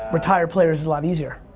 retired players is a lot easier.